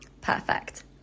Perfect